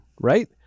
Right